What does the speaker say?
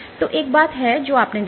तो एक बात है जो आपने देखी